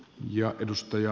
arvoisa puhemies